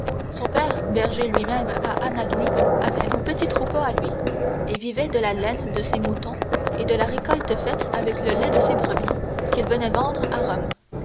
son père berger lui-même à anagni avait un petit troupeau à lui et vivait de la laine de ses moutons et de la récolte faite avec le lait de ses brebis qu'il venait vendre à rome